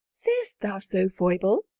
say'st thou so, foible?